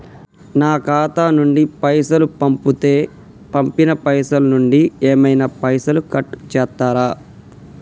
నా ఖాతా నుండి పైసలు పంపుతే పంపిన పైసల నుంచి ఏమైనా పైసలు కట్ చేత్తరా?